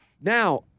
Now